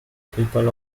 people